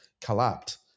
collapsed